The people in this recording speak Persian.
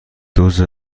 دُز